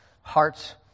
hearts